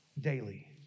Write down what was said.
daily